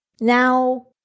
Now